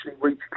reach